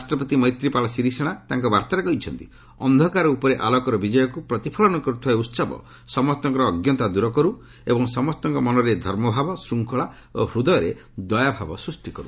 ରାଷ୍ଟ୍ରପତି ମୈତ୍ରୀପାଳ ସିରିସେନା ତାଙ୍କ ବାର୍ତ୍ତାରେ କହିଛନ୍ତି ଅନ୍ଧକାର ଉପରେ ଆଲୋକର ବିଜୟକୁ ପ୍ରତିଫଳନ କରୁଥିବା ଏହି ଉତ୍ସବ ସମସ୍ତଙ୍କର ଅଞ୍ଜତା ଦୂର କରୁ ଏବଂ ସମସ୍ତଙ୍କ ମନରେ ଧର୍ମଭାବ ଶୃଙ୍ଖଳା ଓ ହୃଦୟରେ ଦୟାଭାବ ସୃଷ୍ଟି କରୁ